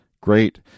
great